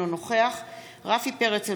אינו נוכח רפי פרץ,